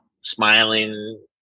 smiling